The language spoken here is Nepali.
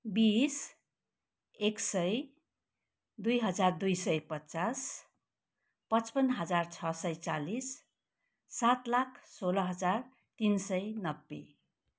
बिस एक सय दुई हजार दुई सय पचास पच्पन्न हजार छ सय चालिस सात लाख सोह्र हजार तिन सय नब्बे